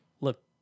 look